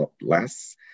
less